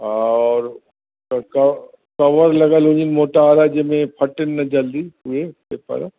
हा और त क कवर लॻलु हुजनि मोटा वारा जंहिं में फटनि न जल्दी उहे पेपर